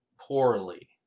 poorly